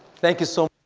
thank you, so